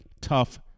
tough